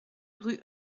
rue